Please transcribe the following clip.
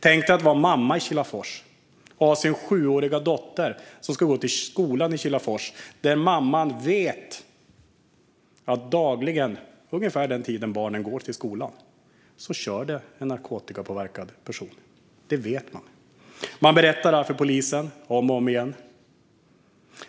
Tänk dig att vara mamma i Kilafors och ha en sjuårig dotter som ska gå till skolan ungefär den tid som mamman vet att det dagligen kör en narkotikapåverkad person på vägarna! Det vet man. Man berättar detta för polisen om och om igen.